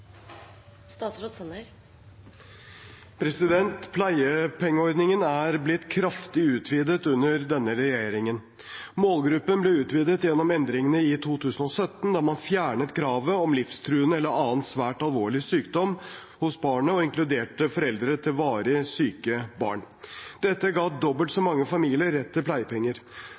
blitt kraftig utvidet under denne regjeringen. Målgruppen ble utvidet gjennom endringene i 2017, da man fjernet kravet om livstruende eller annen svært alvorlig sykdom hos barnet og inkluderte foreldre til varig syke barn. Dette ga dobbelt så mange familier rett til pleiepenger.